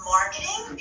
Marketing